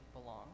belong